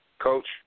Coach